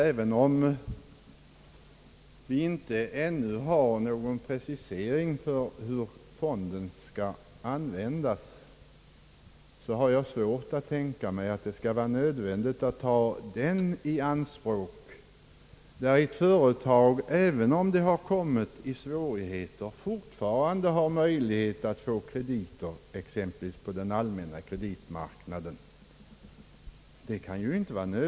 Även om vi ännu inte har några preciserade anvisningar för hur fonden skall användas, har jag svårt att tänka mig att det skall vara nödvändigt att ta den i anspråk när ett företag, också om det har råkat i svårigheter, fortfarande har möjlighet att få krediter exempelvis på den allmänna kreditmarknaden.